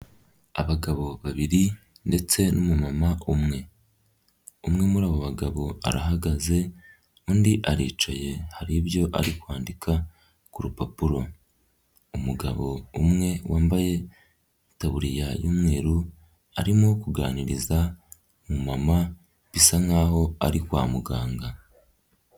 Abagabo babiri ndetse n'umunma umwe, umwe muri abo bagabo arahagaze undi aricaye hari ibyo ari kwandika ku rupapuro, umugabo umwe wambaye itaburiya y'umweru arimo kuganiriza umumama bisa nk'aho ari kwa muganga.